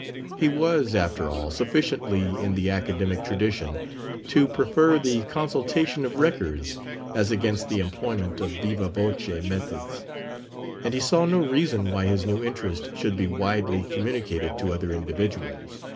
he was, after all, sufficiently in the academic tradition to prefer the consultation of records as against the employment of viva voce methods and he saw no reason why his new interest should be widely communicated to other individuals.